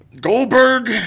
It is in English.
Goldberg